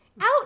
out